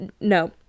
no